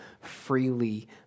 freely